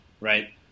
right